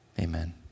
Amen